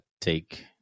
take